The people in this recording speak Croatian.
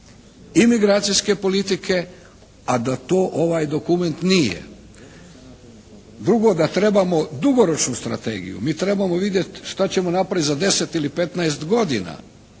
migracijske politike, a da to ovaj dokument nije. Drugo, da trebamo dugoročnu strategiju. Mi trebamo vidjeti šta ćemo napraviti za 10 ili 15 godina.